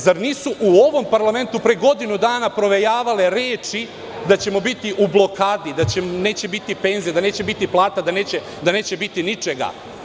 Zar nisu u ovom parlamentu pre godinu dana provejavale reči da ćemo biti u blokadi, da neće biti penzija, da neće biti plata, da neće biti ničega.